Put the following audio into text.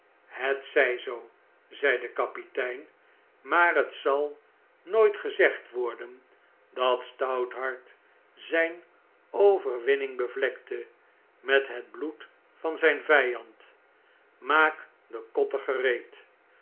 het zy zoo zei de kapitein maar het ill ww zal nooit gezegd worden dat stouthart zftn overwinning bevlekte met het bloed van zgn vijand maak de kotter gereed